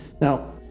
Now